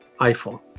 iPhone